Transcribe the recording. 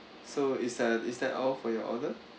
so is that is that all for your order